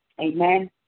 Amen